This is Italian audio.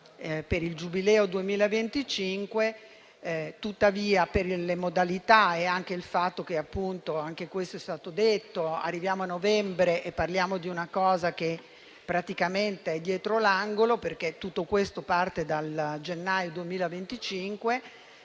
per il Giubileo 2025. Tuttavia, per le modalità utilizzate e anche per il fatto che, essendo novembre, parliamo di una cosa che praticamente è dietro l'angolo, perché tutto questo parte a gennaio 2025,